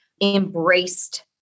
embraced